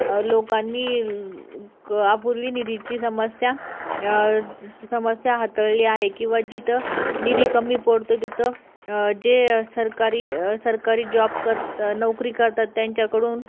लोकांनी क अपूर्वी निधीची समस्या समस्या हाताळली आहे किंवा जिथं निधी कमी पडतोय तिथं जे सरकारी सरकारी जॉब करत नौकरी करतात त्यांच्याकडून